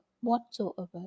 whatsoever